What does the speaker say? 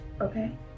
Okay